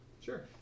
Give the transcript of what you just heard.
Sure